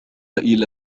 إلى